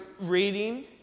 reading